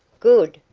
good!